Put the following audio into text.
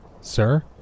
Sir